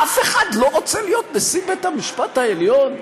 אף אחד לא רוצה להיות נשיא בית-המשפט העליון?